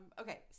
Okay